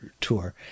tour